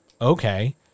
Okay